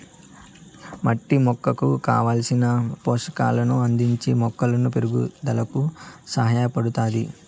మట్టి మొక్కకు కావలసిన పోషకాలను అందించి మొక్కల పెరుగుదలకు సహాయపడుతాది